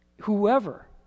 Whoever